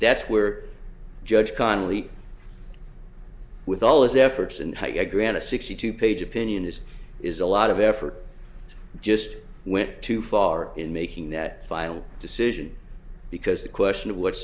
that's where judge connelly with all his efforts and why grant a sixty two page opinion this is a lot of effort just went too far in making that final decision because the question of what